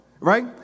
Right